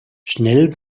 schnell